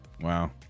wow